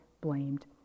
blamed